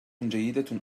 جيدة